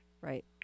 Right